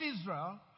Israel